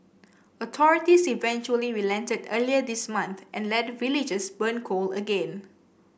authorities eventually relented earlier this month and let villagers burn coal again